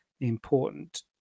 important